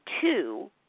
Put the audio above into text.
two